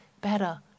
better